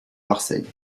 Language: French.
marseille